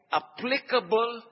applicable